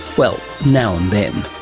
well, now and then.